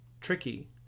tricky